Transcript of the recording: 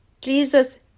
Jesus